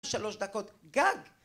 3 דקות גג